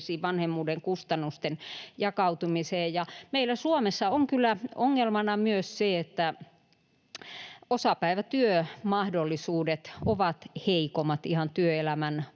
vanhemmuuden kustannusten jakautumiseen. Meillä Suomessa on kyllä ongelmana myös se, että osapäivätyömahdollisuudet ovat heikommat ihan työelämän